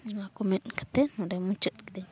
ᱱᱚᱣᱟ ᱠᱚ ᱢᱮᱱ ᱠᱟᱛᱮᱫ ᱱᱚᱰᱮ ᱢᱩᱪᱟᱹᱫ ᱠᱮᱫᱟᱹᱧ